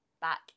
back